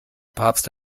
papst